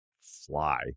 fly